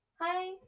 Hi